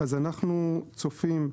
אנו צופים,